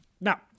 Now